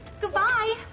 Goodbye